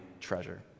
treasure